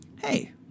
hey